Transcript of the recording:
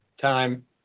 time